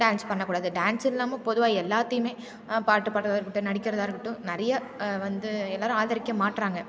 dance பண்ணக் கூடாது dance இல்லாமல் பொதுவாக எல்லாத்தையுமே பாட்டு பாடுறதா இருக்கட்டும் நடிக்கிறதாக இருக்கட்டும் நிறைய வந்து எல்லோரும் ஆதரிக்க மாட்றாங்க